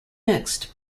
mixed